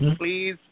please